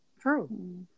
true